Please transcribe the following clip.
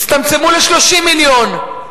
הצטמצמו ל-30 מיליון שקל.